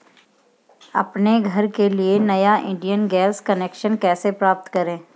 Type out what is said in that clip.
अपने घर के लिए नया इंडियन गैस कनेक्शन कैसे प्राप्त करें?